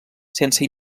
sense